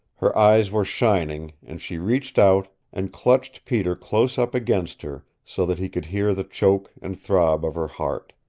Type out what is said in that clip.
her eyes were shining, and she reached out and clutched peter close up against her, so that he could hear the choke and throb of her heart.